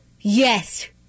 Yes